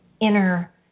inner